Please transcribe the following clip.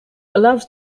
allows